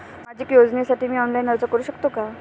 सामाजिक योजनेसाठी मी ऑनलाइन अर्ज करू शकतो का?